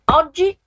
oggi